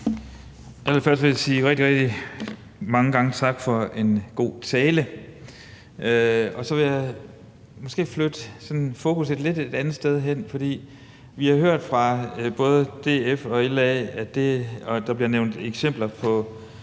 vil jeg sige rigtig, rigtig mange gange tak for en god tale. Så vil jeg måske sådan flytte fokus lidt et andet sted hen, for vi har hørt fra både DF og LA, at den her dagsorden